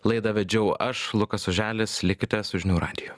laidą vedžiau aš lukas oželis likite su žinių radiju